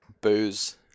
booze